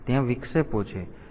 તેથી ત્યાં વિક્ષેપો છે